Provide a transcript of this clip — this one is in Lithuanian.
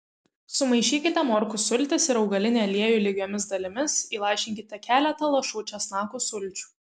sumaišykite morkų sultis ir augalinį aliejų lygiomis dalimis įlašinkite keletą lašų česnakų sulčių